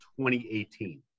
2018